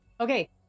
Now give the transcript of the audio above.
okay